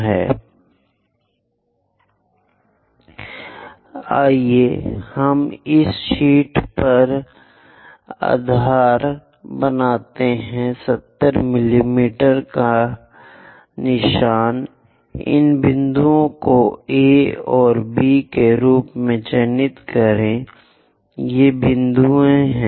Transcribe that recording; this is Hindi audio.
Let us draw that base on this sheet mark 70 mm mark these points as A and B these are the points After that 60 angle we have to make with A the tangents are making 60 Join them A to up so that these are going to intersect at point C आइए हम इस शीट पर आधार बनाते हैं 70 मिमी का निशान इन बिंदुओं को A और B के रूप में चिह्नित करें ये बिंदु हैं